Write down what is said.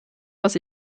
was